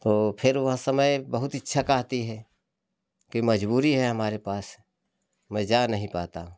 तो फिर वह समय बहुत इच्छा कहती है कि मजबूरी है हमारे पास मैं जा नहीं पता हूँ